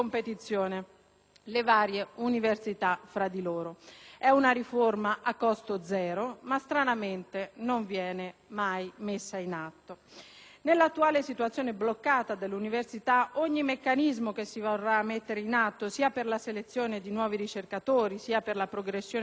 le varie università fra loro. È una riforma a costo zero ma, stranamente, non viene mai messa in atto. Nell'attuale situazione bloccata dell'università ogni meccanismo che si vorrà mettere in atto, sia per la selezione di nuovi ricercatori sia per la progressione di carriera,